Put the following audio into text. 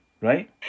right